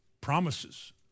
Promises